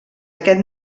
aquest